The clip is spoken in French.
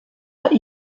pas